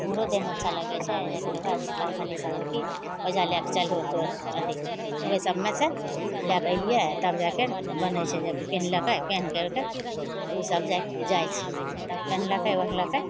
हमरो देहमे अच्छा लागै छै लेकिन ओकरा कहलखिन सभ कि ओहिजे लैके चलहो आओर अथी ओहि सभमे से लैके अएलिए तब जाकर बनै छै जाकर पेहनलकै पेहन करिके ओसभ जै जाइ छै तब पेहनलकै ओढ़लकै